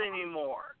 anymore